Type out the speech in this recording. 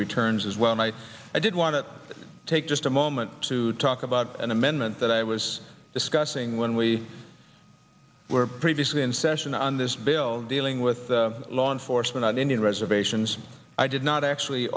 returns as well might i did want to take just a moment to talk about an amendment that i was discussing when we were previously in session on this bill dealing with law enforcement on indian reservations i did not actually